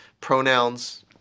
pronouns